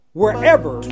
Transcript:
wherever